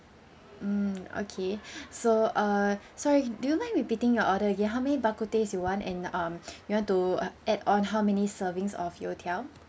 mm okay so uh sorry do you mind repeating your order ya how many bak kut teh is you want and um you want to add on how many servings of youtiao